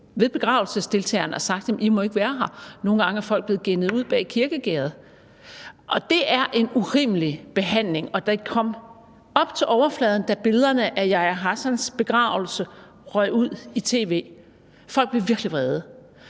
ved begravelsesdeltagerne og sagt, at de ikke må være der – nogle gange er folk blevet gennet ud bag kirkegærdet. Det er en urimelig behandling, og det kom op til overfladen, da billederne af Yahya Hassans begravelse røg ud i tv. Folk blev virkelig vrede,